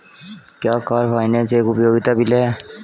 क्या car finance एक उपयोगिता बिल है?